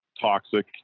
toxic